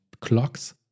clocks